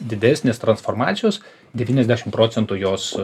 didesnės transformacijos devyniasdešimt procentų jos